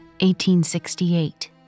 1868